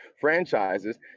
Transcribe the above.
franchises